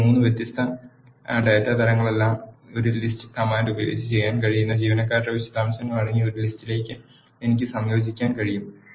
ഇപ്പോൾ ഈ മൂന്ന് വ്യത്യസ്ത ഡാറ്റാ തരങ്ങളെല്ലാം ഒരു ലിസ്റ്റ് കമാൻഡ് ഉപയോഗിച്ച് ചെയ്യാൻ കഴിയുന്ന ജീവനക്കാരുടെ വിശദാംശങ്ങൾ അടങ്ങിയ ഒരു ലിസ്റ്റിലേക്ക് എനിക്ക് സംയോജിപ്പിക്കാൻ കഴിയും